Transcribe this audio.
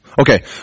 Okay